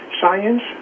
science